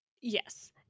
yes